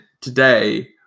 today